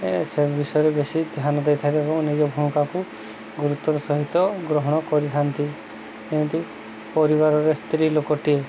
ଏ ସେ ବିଷୟରେ ବେଶୀ ଧ୍ୟାନ ଦେଇଥାଏ ଏବଂ ନିଜ ଭୂମିକାକୁ ଗୁରୁତ୍ୱର ସହିତ ଗ୍ରହଣ କରିଥାନ୍ତି ଏମିତି ପରିବାରରେ ସ୍ତ୍ରୀ ଲୋକଟିଏ